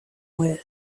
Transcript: were